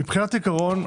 מבחינת העיקרון,